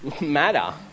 matter